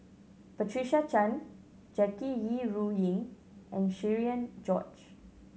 Patricia Chan Jackie Yi Ru Ying and Cherian George